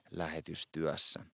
lähetystyössä